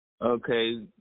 Okay